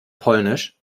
polnisch